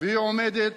והיא עומדת